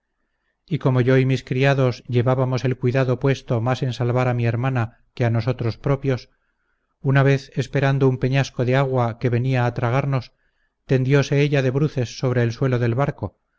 y como yo y mis criados llevábamos el cuidado puesto más en salvar a mi hermana que a nosotros propios una vez esperando un peñasco de agua que venía a tragarnos tendiose ella de bruces sobre el suelo del barco